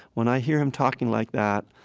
when i hear him talking like that,